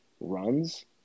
runs